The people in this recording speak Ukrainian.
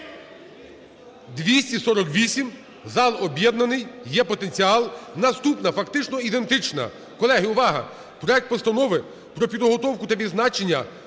248. Зал об'єднаний. Є потенціал. Наступна. Фактично ідентична. Колеги, увага! Проект Постанови про підготовку та відзначення